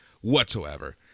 whatsoever